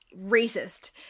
Racist